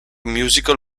musical